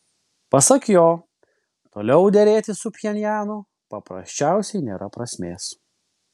pasak jo toliau derėtis su pchenjanu paprasčiausiai nėra prasmės